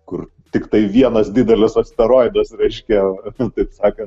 kur tiktai vienas didelis asteroidas reiškia taip sakant